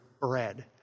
bread